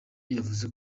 yavuze